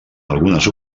algunes